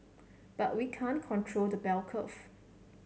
but we can't control the bell curve